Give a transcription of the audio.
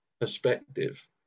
perspective